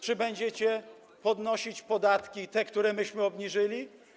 Czy będziecie podnosić podatki, które myśmy obniżyli?